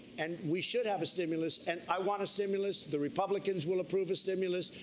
and we should have a stimulus. and i want a stimulus. the republicans will approve a stimulus.